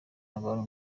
abantu